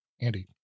Andy